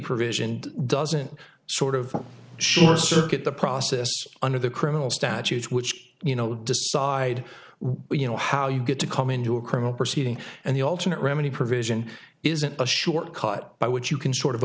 provision doesn't sort of short circuit the process under the criminal statutes which you know decide you know how you get to come into a criminal proceeding and the alternate remedy provision isn't a shortcut by which you can sort of